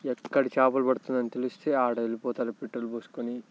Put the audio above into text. ఎక్కడ చేపలు పడుతున్నాయి అని తెలిస్తే ఆడ వెళ్ళిపోతారు పెట్రోల్ పోసుకొని